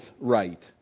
right